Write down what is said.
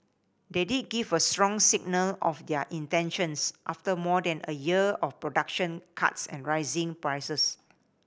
they did give a strong signal of their intentions after more than a year of production cuts and rising prices